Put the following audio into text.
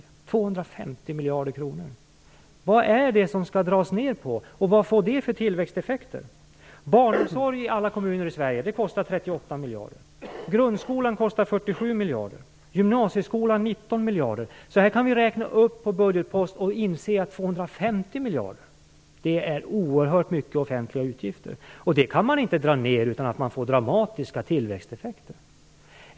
Det handlar om 250 miljarder kronor. Vad skall det dras ned på, och vad får det för tillväxteffekter? 38 miljarder kronor. Grundskolan kostar 47 miljarder och gymnasieskolan 19 miljarder. Om vi räknar på budgetposterna inser vi att 250 miljarder kronor är oerhört mycket offentliga utgifter. Det kan man inte dra in utan att det får dramatiska tillväxteffekter.